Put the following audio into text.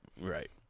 Right